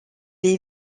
est